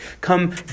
come